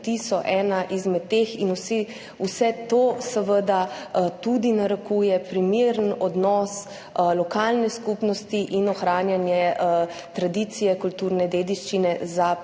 Vse to seveda tudi narekuje primeren odnos lokalne skupnosti in ohranjanje tradicije kulturne dediščine za prihodnost.